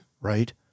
right